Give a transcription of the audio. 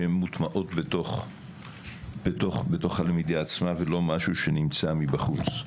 שהן מוטמעות בתוך הלמידה עצמה ולא משהו שנמצא מבחוץ.